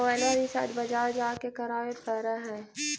मोबाइलवा रिचार्ज बजार जा के करावे पर है?